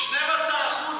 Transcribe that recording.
נכון.